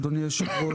אדוני היושב-ראש,